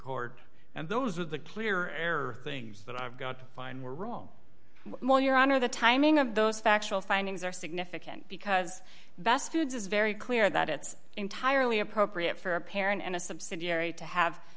court and those are the clear error things that i've got to find were wrong while your honor the timing of those factual findings are significant because bestfoods is very clear that it's entirely appropriate for a parent and a subsidiary to have